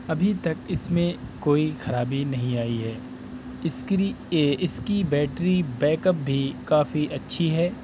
ابھی تک اس میں کوئی خرابی نہیں آئی ہے اسکری اس کی بیٹری بیک اپ بھی کافی اچھی ہے